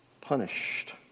punished